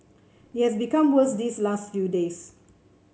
it has become worse these last few days